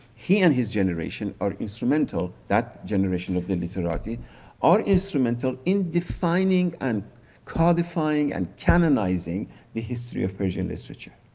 he and his generation are instrumental, that generation of the literary are instrumental in defining and co-defining and canonizing the history of persian literature.